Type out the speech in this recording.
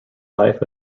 life